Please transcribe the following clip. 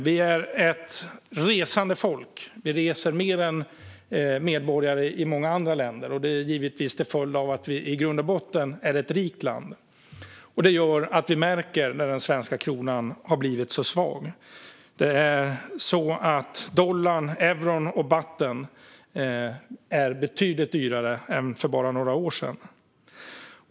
Vi är ett resande folk och reser mer än medborgare i många andra länder, givetvis till följd av att vi i grund och botten är ett rikt land. Det gör att vi märker när den svenska kronan har blivit så här svag. Dollarn, euron och bahten är betydligt dyrare än för bara några år sedan.